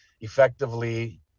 effectively